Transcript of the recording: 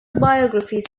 biographies